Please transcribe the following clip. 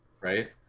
Right